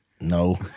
no